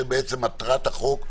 שהם מטרת החוק,